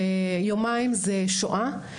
שיומיים זה שואה.